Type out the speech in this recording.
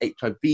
HIV